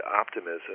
optimism